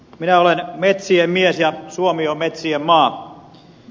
minä olen metsien mies ja suomi on metsien maa